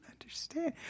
understand